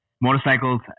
motorcycles